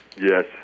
Yes